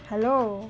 hello